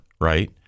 right